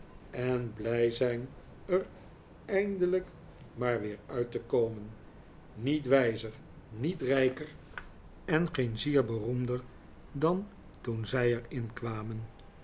en blij zijn er eindelijk maar weer uit te komen niet wijzer niet rijker en ikui nikolaas nickleby geen zier beroemder dan toen zij er in kwamen